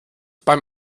beim